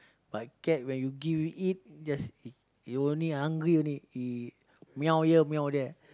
but cat when you give you eat just eat he only hungry only eat meow here meow there